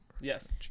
Yes